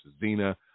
Zena